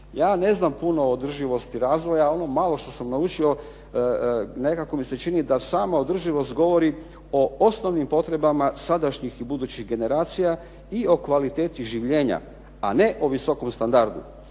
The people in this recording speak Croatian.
Ja ne znam puno o održivosti razvoja. Ono malo što sam naučio nekako mi se čini da sama održivost govori o osnovnim potrebama sadašnjih i budućih generacija i o kvaliteti življenja, a ne o visokom standardu.